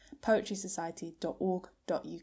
poetrysociety.org.uk